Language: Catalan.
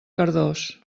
cardós